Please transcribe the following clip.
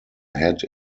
had